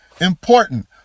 important